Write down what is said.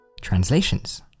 Translations